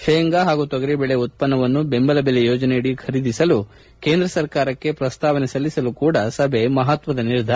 ಶೇಂಗಾ ಪಾಗೂ ತೊಗರಿ ಬೆಳೆ ಉತ್ಪನ್ನವನ್ನು ಬೆಂಬಲ ಬೆಲೆ ಯೋಜನೆಯಡಿ ಖರೀದಿಸಲು ಕೇಂದ್ರ ಸರ್ಕಾರಕ್ಕೆ ಪ್ರಸ್ತಾವನೆ ಸಲ್ಲಿಸಲು ಕೂಡ ಸಭೆ ಮಹತ್ವದ ನಿರ್ಧಾರ ಕೈಗೊಂಡಿದೆ